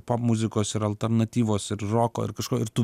popmuzikos ir alternatyvos ir roko ir kažko ir tu